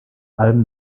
alben